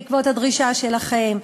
בעקבות הדרישה שלכם.